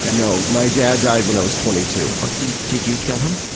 no. my dad died when i was twenty-two. like did did you kill him?